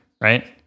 right